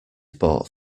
bought